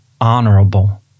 honorable